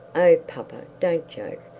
oh, papa, don't joke.